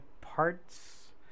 parts